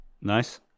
Nice